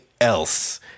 else